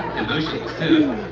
emotionless too.